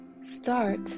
Start